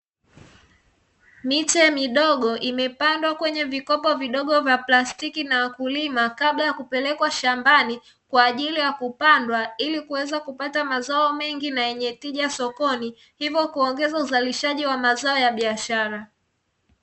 Miche midogo imepandwa kwenye vikopo vidogo vya plastiki na wakulima kabla ya kupelekwa shambani kwa ajili ya kupandwa ili kuweza kupata mazao mengi na yenye tija sokoni, hivyo kuongeza uzalishaji wa mazao ya biashara.